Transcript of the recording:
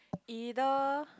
either